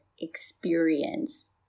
experience